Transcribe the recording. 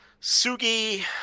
Sugi